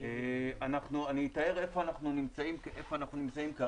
אני אתאר איפה אנחנו נמצאים כרגע.